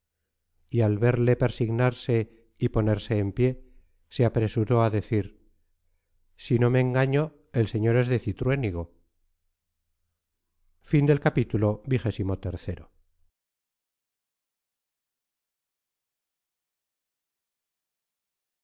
y al verle persignarse y ponerse en pie se apresuró a decir si no me engaño el señor es de cintruénigo